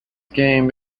game